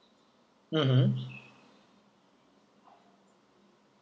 mmhmm